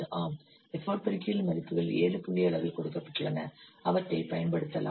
ஆம் எஃபர்ட் பெருக்கிகளின் மதிப்புகள் 7 புள்ளி அளவில் கொடுக்கப்பட்டுள்ளன அவற்றைப் பயன்படுத்தலாம்